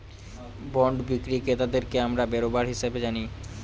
bond বিক্রি ক্রেতাদেরকে আমরা বেরোবার হিসাবে জানি